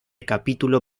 capítulo